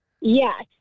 Yes